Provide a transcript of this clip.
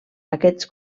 aquests